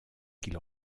qu’il